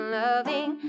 loving